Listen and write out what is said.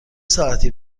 ساعتی